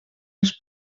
els